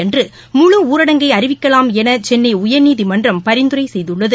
அன்று முழு ஊரடங்கை அறிவிக்கலாம் என சென்னை உயர்நீதிமன்றம் பரிந்துரை செய்துள்ளது